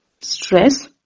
stress